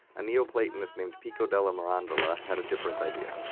a neoplatonist named pico della mirandola had a different idea.